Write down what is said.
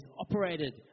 operated